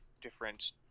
different